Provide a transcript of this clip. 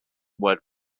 word